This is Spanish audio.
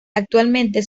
actualmente